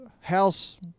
house